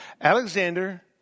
Alexander